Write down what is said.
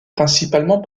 principalement